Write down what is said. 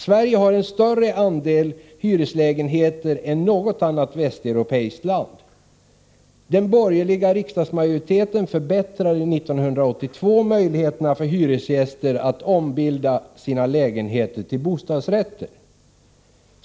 Sverige har en större andel hyreslägenheter än något annat västeuropeiskt land. Den borgerliga riksdagsmajoriteten förbättrade 1982 möjligheterna för hyresgäster att ombilda sina lägenheter till bostadsrätter.